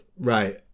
Right